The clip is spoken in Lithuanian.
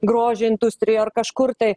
grožio industrija ar kažkur tai